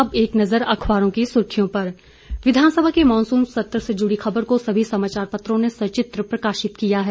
अब एक नज़र अखबारों की सुर्खियों पर विधानसभा के मॉनसून सत्र से जुड़ी खबर को सभी समाचार पत्रों ने सचित्र प्रकाशित किया है